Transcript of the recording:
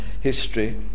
history